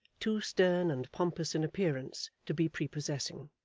too stern and pompous in appearance, to be prepossessing.